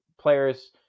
players